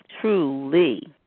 truly